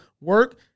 work